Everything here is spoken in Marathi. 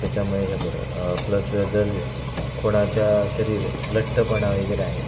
त्याच्यामुळे हे बरं प्लस जर कोणाच्या शरीर लठ्ठपणा वगैरे आहे